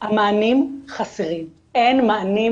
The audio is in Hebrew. המענים חסרים, אין מענים